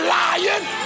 lying